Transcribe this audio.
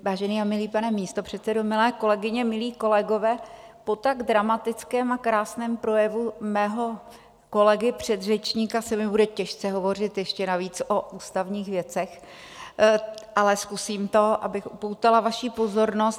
Vážený a milý pane místopředsedo, milé kolegyně, milí kolegové, po tak dramatickém a krásném projevu mého kolegy předřečníka se mi bude těžce hovořit, ještě navíc o ústavních věcech, ale zkusím to, abych upoutala vaši pozornost.